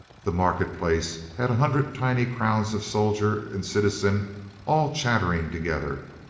the market-place had a hundred tiny crowds of soldier and citizen all chattering together,